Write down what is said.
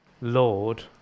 Lord